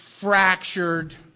fractured